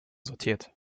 sortiert